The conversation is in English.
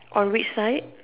on which side